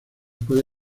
puede